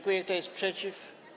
Kto jest przeciw?